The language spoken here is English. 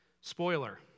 Spoiler